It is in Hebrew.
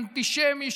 אנטישמי,